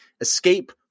escape